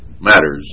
matters